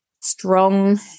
strong